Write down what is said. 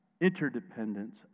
interdependence